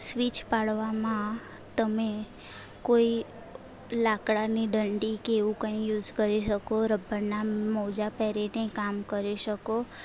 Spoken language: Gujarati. સ્વિચ પાડવામાં તમે કોઈ લાકડાની ડંડી કે એવું કાંઈ યુસ કરી શકો રબરનાં મોજાં પહેરીને કામ કરી શકો